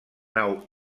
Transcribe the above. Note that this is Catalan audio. nau